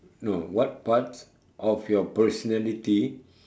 no what parts of your personality